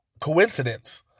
coincidence